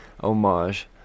homage